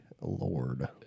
lord